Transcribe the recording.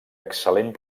excel·lent